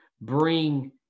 bring